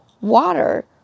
water